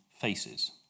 faces